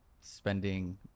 spending